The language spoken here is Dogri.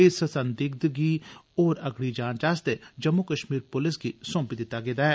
इस संदिग्घ गी होर अगडी जांच आस्तै जम्मू कश्मीर पुलस गी सौंपी दित्ता गेआ ऐ